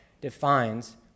defines